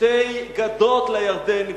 שתי גדות לירדן.